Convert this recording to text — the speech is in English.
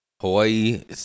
Hawaii